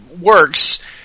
works